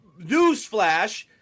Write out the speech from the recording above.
newsflash